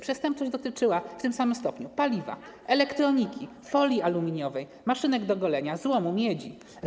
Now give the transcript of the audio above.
Przestępczość dotyczyła w tym samym stopniu paliwa, elektroniki, folii aluminiowej, maszynek do golenia, złomu, miedzi.